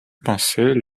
pensait